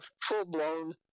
full-blown